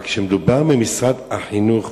אבל כשמדובר במשרד החינוך,